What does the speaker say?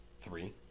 Three